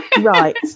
right